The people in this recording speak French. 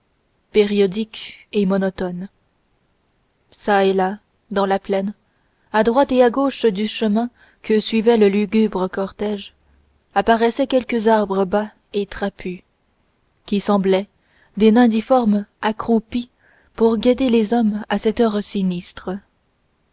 périodique et monotone çà et là dans la plaine à droite et à gauche du chemin que suivait le lugubre cortège apparaissaient quelques arbres bas et trapus qui semblaient des nains difformes accroupis pour guetter les hommes à cette heure sinistre